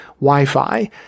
Wi-Fi